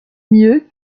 mieux